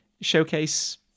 showcase